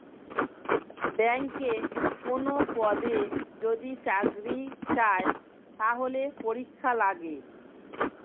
ব্যাংকে কোনো পদে যদি চাকরি চায়, তাহলে পরীক্ষা লাগে